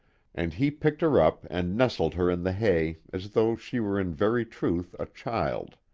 and he picked her up and nestled her in the hay as though she were in very truth a child.